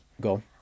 go